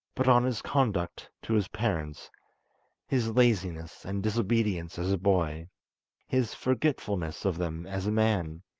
but on his conduct to his parents his laziness and disobedience as a boy his forgetfulness of them as a man.